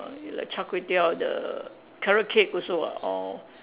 like Char-Kway-Teow the carrot cake also ah all